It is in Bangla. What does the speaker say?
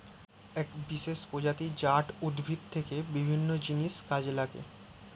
এক বিশেষ প্রজাতি জাট উদ্ভিদ থেকে বিভিন্ন জিনিস কাজে লাগে